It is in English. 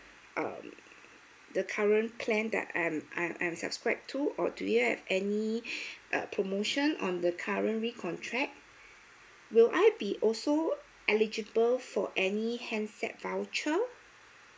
um the current plan that I'm I'm I'm subscribed to or do you have any uh promotion on the current recontract will I be also eligible for any handset voucher